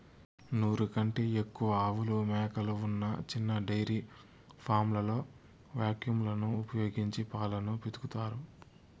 నూరు కంటే ఎక్కువ ఆవులు, మేకలు ఉన్న చిన్న డెయిరీ ఫామ్లలో వాక్యూమ్ లను ఉపయోగించి పాలను పితుకుతారు